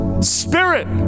spirit